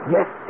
Yes